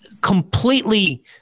completely